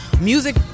music